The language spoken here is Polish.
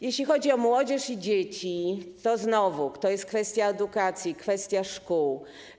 Jeśli chodzi o młodzież i dzieci, znowu to jest kwestia edukacji, kwestia szkół.